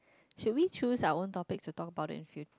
should we choose our own topics to talk about in the future